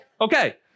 Okay